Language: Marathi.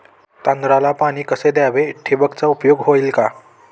तांदळाला पाणी कसे द्यावे? ठिबकचा उपयोग होईल का?